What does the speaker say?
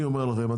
אני אומר לכם,